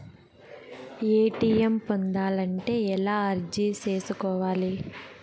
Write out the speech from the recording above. ATM పొందాలంటే ఎలా అర్జీ సేసుకోవాలి?